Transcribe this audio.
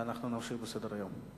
ואנחנו נמשיך בסדר-היום.